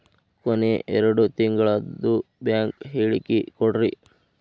ಕೊನೆ ಎರಡು ತಿಂಗಳದು ಬ್ಯಾಂಕ್ ಹೇಳಕಿ ಕೊಡ್ರಿ